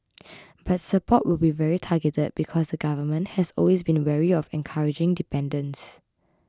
but support will be very targeted because the Government has always been wary of encouraging dependence